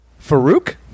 Farouk